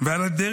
על חיינו,